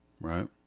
right